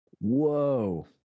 Whoa